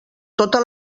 tota